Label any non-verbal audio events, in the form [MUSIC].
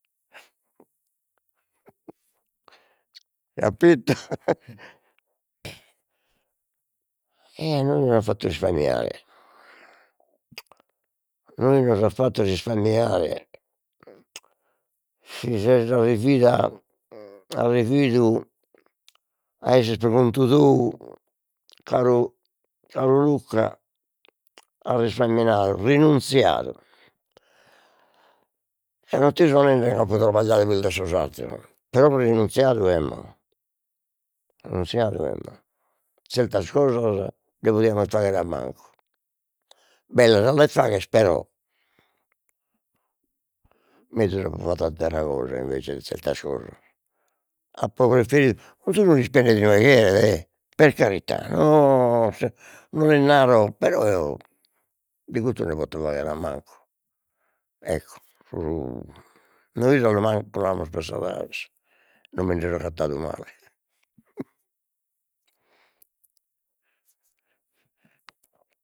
[LAUGHS] capito [LAUGHS] e e a nois nos at fattu risparmiare, nois nos at fattu risparmiare, si ses arrividu [HESITATION] arrividu a esser pro contu tou, caru caru Luca, azis camminadu, renunziadu, eo non ti so nende chi no apo trabagliadu pius de sos atteros, però renunziadu emmo, renunziadu emmo, zertas cosas nde podiamus fagher a mancu, bellas a las fagher però, menzus apo fattu attera cosa invece de zertas cosas, apo preferidu, 'onzunu l'ispendet inue cheret, e per carità no se no lis naro però eo de custu nde poto fagher a mancu, ecco sun [UNINTELLIGIBLE] pro sa, [UNINTELLIGIBLE] non mi nde so agattadu male [LAUGHS]